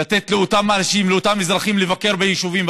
לתת לאותם אנשים, לאותם אזרחים לבקר ביישובים.